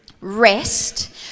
rest